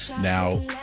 now